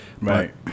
Right